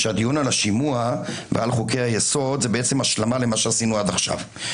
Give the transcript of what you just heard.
שהדיון על השימוע ועל חוקי היסוד זאת בעצם השלמה למה שעשינו עד עכשיו.